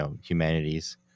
humanities